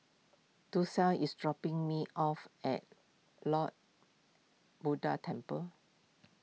Dorsey is dropping me off at Lord Buddha Temple